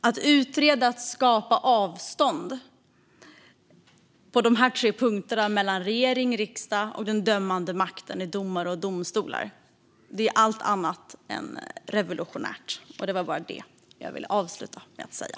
Att utreda att skapa avstånd på de här tre punkterna mellan å ena sidan regering och riksdag och å andra sidan den dömande makten i form av domare och domstolar är allt annat än revolutionärt. Det var bara det jag ville avsluta med att säga.